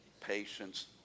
patience